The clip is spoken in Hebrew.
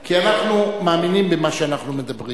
כי אנחנו מאמינים במה שאנחנו מדברים.